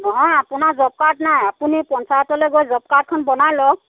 নহয় আপোনাৰ job card নাই আপুনি পঞ্চায়তলৈ গৈ জব কাৰ্ডখন বনাই লওক